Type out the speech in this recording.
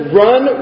run